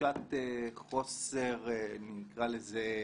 תחושת חוסר נוחות, נקרא לזה,